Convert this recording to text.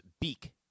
beak